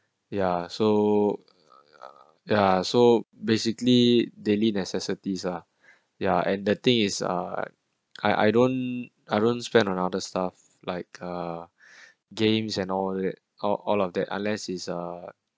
ya so ya so basically daily necessities are ya and the thing is uh I I don't I don't spend on other stuff like uh games and all that or all of that unless is a